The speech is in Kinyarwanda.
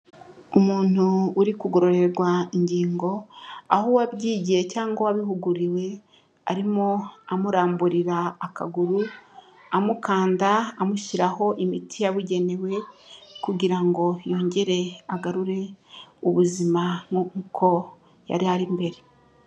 Umuntu uri kugororerwa ingingo, aho uwabyigiye cyangwa uwabihuguriwe arimo amuramburira akaguru, amukanda amushyiraho imiti yabugenewe kugira ngo yongere agarure ubuzima nkuko yari ari mbere.